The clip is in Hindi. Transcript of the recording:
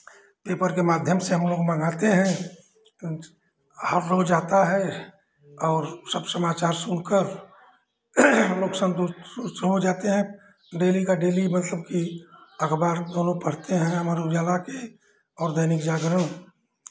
पेपर के माध्यम से हमलोग मंगाते हैं हमलोग जाता है और सब समाचार सुनकर हमलोग संतुष्ट हो जाते हैं डेली का डेली मतलब की अखबार दोनों पढ़ते हैं अमर उजाला के और दैनिक जागरण